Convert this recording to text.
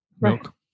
Milk